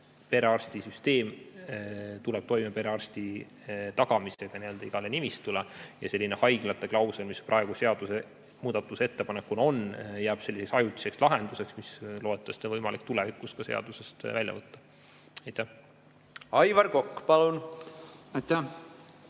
perearstisüsteem tuleb toime perearsti tagamisega igale nimistule ja selline haiglate klausel, mis praegu seadusemuudatuse ettepanekuna on, jääb ajutiseks lahenduseks, mis loodetavasti on võimalik tulevikus seadusest välja võtta. Aivar Kokk, palun! Aitäh!